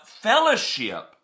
fellowship